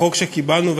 החוק שקיבלנו,